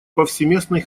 повсеместный